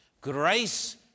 Grace